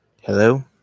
Hello